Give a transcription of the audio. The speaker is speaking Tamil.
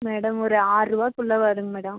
மேடம் ஒரு ஆறுரூவாக்குள்ள வருங்க மேடம்